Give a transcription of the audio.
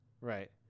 Right